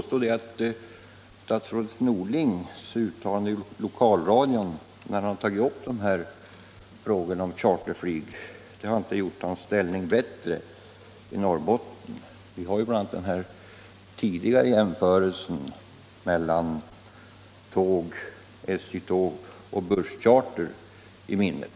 Statsrådet Norlings uttalande i lokalradion då han tog upp frågan om charterflyg har inte gjort hans ställning i Norrbotten bättre. Vi har bl.a. den tidigare jämförelsen mellan SJ-tåg och busscharter i minnet.